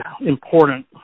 important